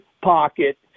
pocket